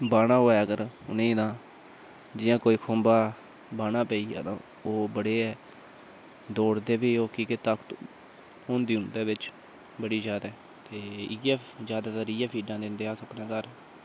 बाह्ना होऐ अगर उ'नें ई तां जि'यां कोई खुम्बा बाह्ना पेई जा तां ओह् बड़े गै दौड़दे प्ही ओह् की के ताकत होंदी उं'दे बिच बड़ी जैदा ते इ'यै जैदातर इ'यै फीडां दिन्ने अस अपने घर